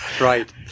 Right